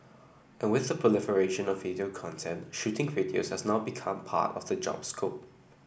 and with the proliferation of video content shooting videos has now become part of the job scope